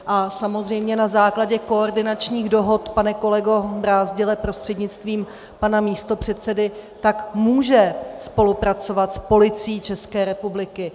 A samozřejmě na základě koordinačních dohod, pane kolego Brázdile prostřednictvím pana místopředsedy, může spolupracovat s Policií České republiky.